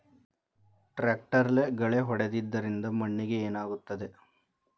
ಟ್ರಾಕ್ಟರ್ಲೆ ಗಳೆ ಹೊಡೆದಿದ್ದರಿಂದ ಮಣ್ಣಿಗೆ ಏನಾಗುತ್ತದೆ?